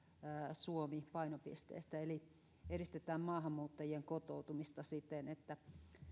suomi painopisteestä eli edistetään maahanmuuttajien kotoutumista siten että